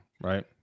right